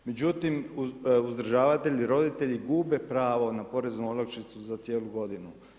Međutim uzdržavatelji i roditelji gube pravo na poreznu olakšicu za cijelu godinu.